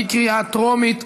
בקריאה טרומית.